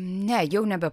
ne jau nebe